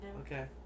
Okay